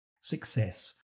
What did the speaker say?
success